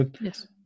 Yes